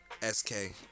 SK